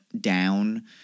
down